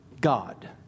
God